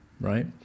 right